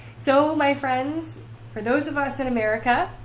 so, my friends for those of us in america,